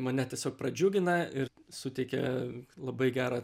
mane tiesiog pradžiugina ir suteikia labai gerą